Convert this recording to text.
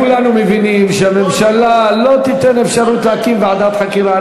כולנו מבינים שהממשלה לא תיתן אפשרות להקים ועדת חקירה.